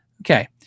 Okay